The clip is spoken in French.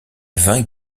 vingt